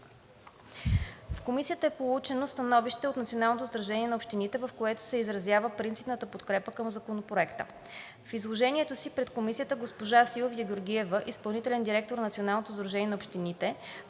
В Комисията е получено становище от Националното сдружение на общините, в което се изразява принципната подкрепа към Законопроекта. В изложението си пред Комисията госпожа Силвия Георгиева – изпълнителен директор на Националното сдружение на общините,